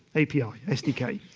sdi, sdk.